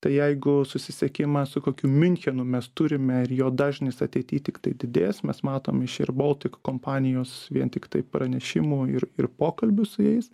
tai jeigu susisiekimą su kokiu miunchenu mes turime ir jo dažnis ateity tiktai didės mes matom iš air baltic kompanijos vien tiktai pranešimų ir ir pokalbių su jais